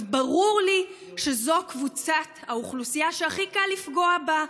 ברור לי שזו קבוצת האוכלוסייה שהכי קל לפגוע בה,